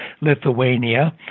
Lithuania